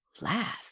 Laugh